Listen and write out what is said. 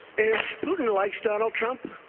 if putin likes donald trump,